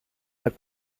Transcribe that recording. the